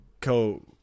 co